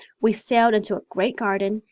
we sailed into a great garden,